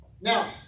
Now